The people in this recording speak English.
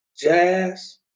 jazz